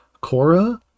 Cora